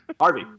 Harvey